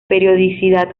periodicidad